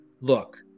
look